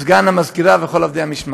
סגן המזכירה וכל עובדי המשמר.